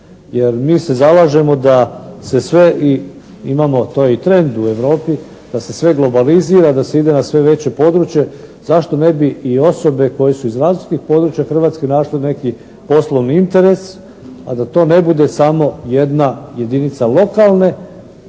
jer mi se zalažemo da se sve i imamo to i trend u Europi da se sve globalizira, da se ide na sve veće područje. Zašto ne bi i osobe koje su iz različitih područja Hrvatske našle neki poslovni interes, a da to ne bude samo jedna jedinica lokalne